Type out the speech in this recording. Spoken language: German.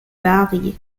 vary